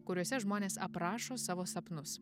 kuriuose žmonės aprašo savo sapnus